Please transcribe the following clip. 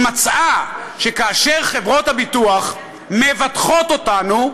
היא מצאה שכאשר חברות הביטוח מבטחות אותנו,